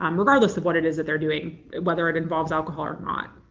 um regardless of what it is that they're doing, whether it involves alcohol or not.